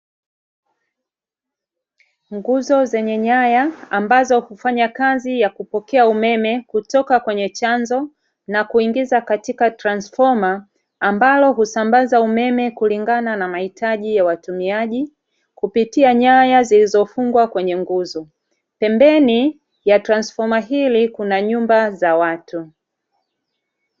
Nguzo zenye nyaya ambazo hufanya kazi ya kupokea umeme kutoka kwenye chanzo na kuingiza katika transfoma ambalo husambaza umeme kulingana na mahitaji ya watumiaji kupitia nyaya zilizofungwa kwenye nguzo, pembeni ya transfoma hili kuna nyumba za watu.